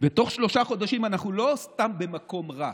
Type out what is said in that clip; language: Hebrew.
ובתוך שלושה חודשים אנחנו לא סתם במקום רע,